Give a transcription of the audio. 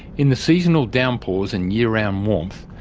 in the seasonal downpours and year-round warmth,